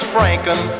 Franken